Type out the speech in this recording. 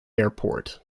airport